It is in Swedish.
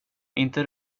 inte